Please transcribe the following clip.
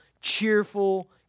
cheerful